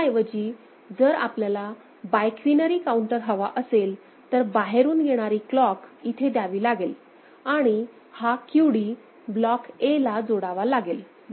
ह्याऐवजी जर आपल्याला bi quinary counter हवा असेल तर बाहेरुन येणारी क्लॉक इथे द्यावी लागेल आणि हा QD ब्लॉक Aला जोडावा लागेल